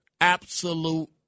absolute